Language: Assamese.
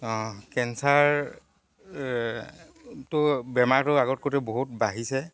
কেঞ্চাৰ টো বেমাৰটো আগতকৈতো বহুত বাঢ়িছে